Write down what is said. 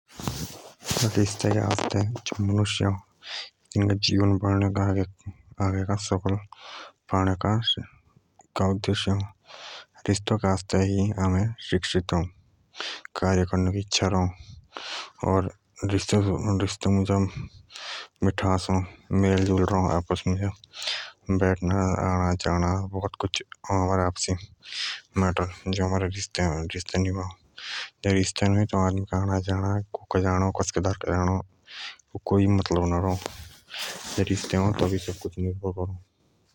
रिश्ते के आस्ते जो मनुष्य अ से शिक्षित अ आगे बडनके आस्ते कार्य करनके इच्छा र रिश्ते मुझ मिठास र उटना फेंटना र आणा जाता र आपस मुझ बहुत कुछ जे रिश्ते नु अ त आदमी का आणा जाणा कोकि नार तबे रिश्ते अ तबि सब कुछ।